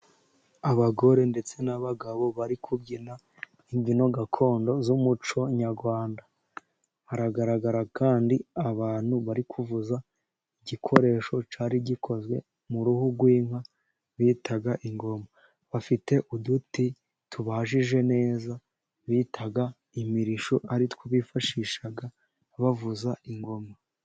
Abagore ndetse n'abagabo bari kubyina imbyino gakondo z'umuco nyarwanda. Haragaragara kandi abantu bari kuvuza igikoresho cyari gikozwe mu ruhu rw'inka bitaga ingoma. Bafite uduti tubajije neza bitaga imirishyo, ari two bifashishaga bavuza ingoma.